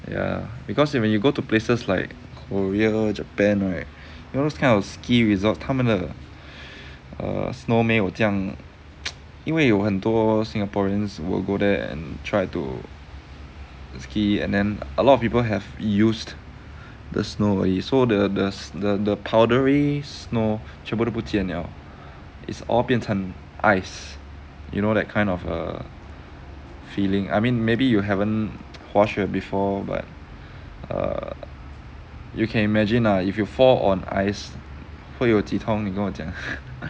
ya because when you go to places like korea japan right you know those kind of ski resort 他们的 err snow 没有这样 因为有很多 singaporeans will go there and tried to ski and then a lot of people have used the snow already so the the the the powdery snow 全部都不见了 it's all 变成 ice you know that kind of err feeling I mean maybe you haven't 滑雪 before but err you can imagine lah if you fall on ice 会有几痛你跟我讲